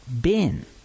bin